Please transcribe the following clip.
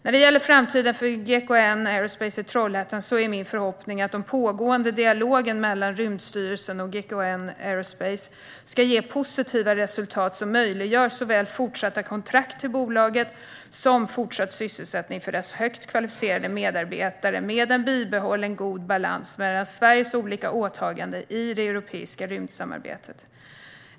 När det gäller framtiden för GKN Aerospace i Trollhättan är min förhoppning att den pågående dialogen mellan Rymdstyrelsen och GKN Aerospace ska ge positiva resultat som möjliggör såväl fortsatta kontrakt till bolaget som fortsatt sysselsättning för dess högt kvalificerade medarbetare, med en bibehållen god balans mellan Sveriges olika åtaganden i det europeiska rymdsamarbetet.